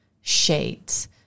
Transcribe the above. shades